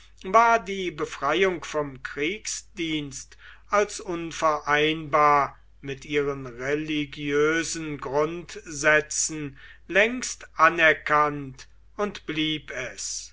war die befreiung vom kriegsdienst als unvereinbar mit ihren religiösen grundsätzen längst anerkannt und blieb es